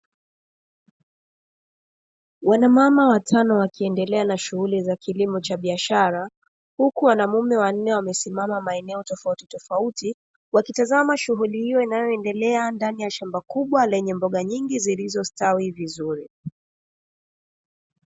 Wanamama watano wakiendelea na shughuli za kilimo cha biashara, Huku wanamume wanne wamesimama maeneo tofautitofauti wakitizama shughuli hiyo inayo endelea ndani ya shamba kubwa lenye lenye mboga nyingi zilizo stawi vizuri.